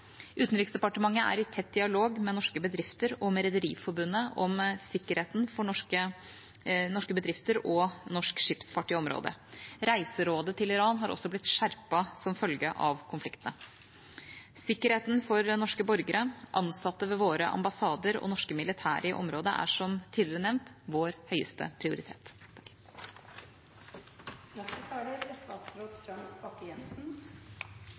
Utenriksdepartementet er i tett dialog med norske bedrifter og med Rederiforbundet om sikkerheten for norske bedrifter og norsk skipsfart i området. Reiserådet til Iran har også blitt skjerpet som følge av konfliktene. Sikkerheten for norske borgere, ansatte ved våre ambassader og norske militære i området er, som tidligere nevnt, vår høyeste prioritet.